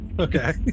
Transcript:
Okay